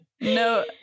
no